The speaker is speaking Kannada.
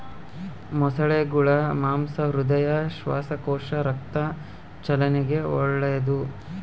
ಮೊಸಳೆಗುಳ ಮಾಂಸ ಹೃದಯ, ಶ್ವಾಸಕೋಶ, ರಕ್ತ ಚಲನೆಗೆ ಒಳ್ಳೆದು